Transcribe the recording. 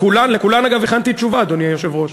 לכולן, אגב, הכנתי תשובה, אדוני היושב-ראש.